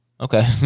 Okay